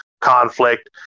conflict